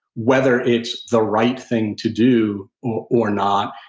whether it's the right thing to do or not.